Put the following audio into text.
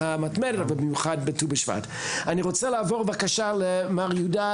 נכון, זה בעיה,